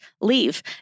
leave